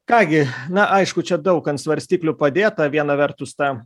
ką gi na aišku čia daug ant svarstyklių padėta viena vertus ta